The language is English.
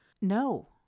no